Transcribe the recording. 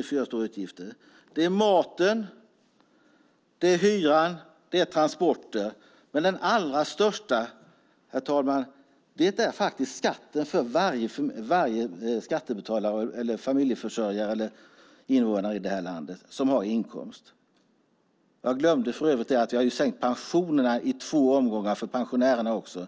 De första är maten, hyran och transporterna. Men den allra största, herr talman, för varje skattebetalare, familjeförsörjare och invånare i det här landet som har inkomst är skatten. Jag glömde för övrigt att säga att vi har sänkt pensionerna i två omgångar för pensionärerna; det